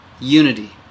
unity